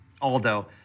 Aldo